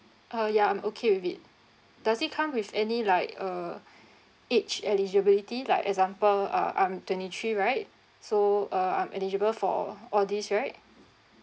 oh ya I'm okay with it does it come with any like uh age eligibility like example uh I'm twenty three right so uh I'm eligible for all these right